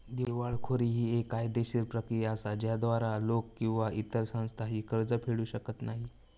दिवाळखोरी ही येक कायदेशीर प्रक्रिया असा ज्याद्वारा लोक किंवा इतर संस्था जी कर्ज फेडू शकत नाही